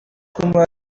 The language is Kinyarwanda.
kumuha